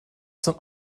zum